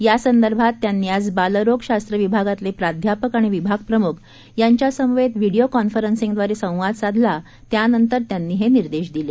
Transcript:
या संदर्भात त्यांनी आज बालरोग शास्त्र विभागातले प्राध्यापक आणि विभागप्रमुख यांच्यासमवेत व्हिडिओ कॉन्फरन्सिंगद्वारे संवाद साधला त्यानंतर त्यांनी हे निर्देश दिले